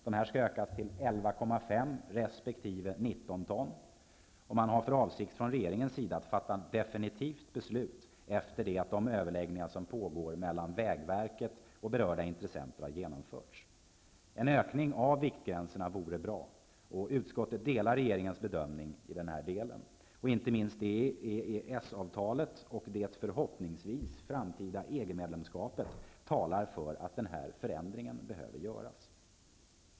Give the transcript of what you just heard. Dessa skall ökas till 11,5 resp. 19 ton. Regeringen har för avsikt att fatta definitivt beslut efter det att de överläggningar som pågår mellan vägverket och berörda intressenter har genomförts. En ökning av viktgränserna vore bra, och utskottet delar regeringens bedömning i denna del. Inte minst EES-avtalet och förhoppningsvis det framtida EG-medlemskapet talar för att denna förändring behöver göras.